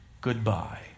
Goodbye